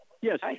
Yes